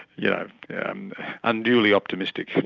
yeah yeah um unduly optimistic.